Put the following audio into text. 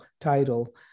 title